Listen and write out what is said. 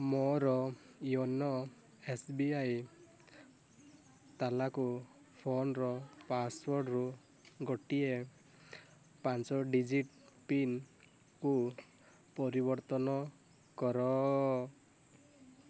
ମୋର YONO S B I ତାଲାକୁ ଫୋନର ପାସୱାର୍ଡ଼ରୁ ଗୋଟିଏ ଡିଜିଟ୍ ପିନ୍କୁ ପରିବର୍ତ୍ତନ କର